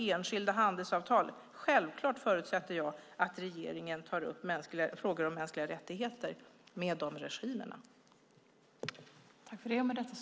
Jag förutsätter självklart att regeringen tar upp frågor om mänskliga rättigheter med regimerna i samband med enskilda handelsavtal.